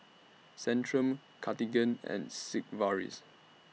Centrum Cartigain and Sigvaris